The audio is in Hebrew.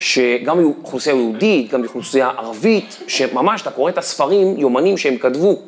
שגם אוכלוסיה יהודית, גם אוכלוסיה ערבית, שממש אתה קורא את הספרים יומנים שהם כתבו.